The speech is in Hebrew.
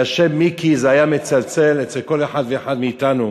והשם מיקי היה מצלצל אצל כל אחד ואחד מאתנו.